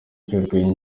cy’urwenya